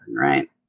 right